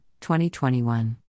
2021